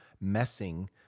messing